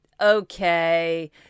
okay